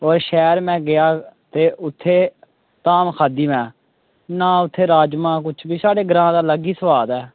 ओह् शैह्र में गेआ ते उत्थें धाम खाद्धी में ना उत्थें राजमांह कुछ बी साढ़े ग्रां दा अलग ई सोआद ऐ